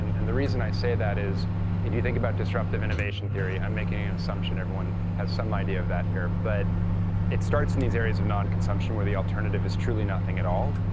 and the reason i say that is if you think about disruptive innovation theory i'm making an assumption everyone has some idea that here but it starts in these areas of non-consumption where the alternative is truly nothing at all.